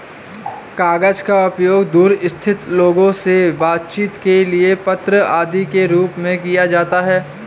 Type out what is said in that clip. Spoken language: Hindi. कागज का उपयोग दूर स्थित लोगों से बातचीत के लिए पत्र आदि के रूप में किया जाता है